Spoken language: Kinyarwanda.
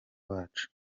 wacu